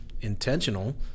intentional